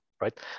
right